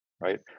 right